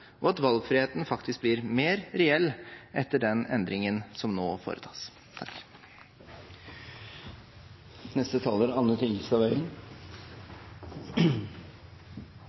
og at valgfriheten faktisk blir mer reell etter den endringen som nå foretas.